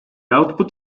output